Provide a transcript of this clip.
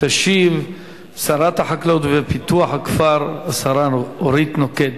תשיב שרת החקלאות ופיתוח הכפר, השרה אורית נוקד.